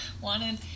wanted